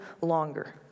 longer